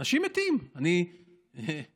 אנשים מתים, לצערי,